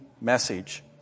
message